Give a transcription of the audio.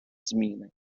зміни